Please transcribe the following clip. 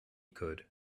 could